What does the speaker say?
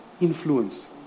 influence